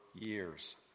years